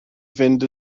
fynd